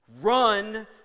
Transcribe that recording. Run